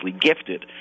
gifted